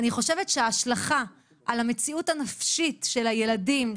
אני חושבת שההשלכה על המציאות הנפשית של הילדים,